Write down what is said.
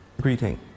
greeting